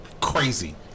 crazy